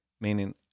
Meaning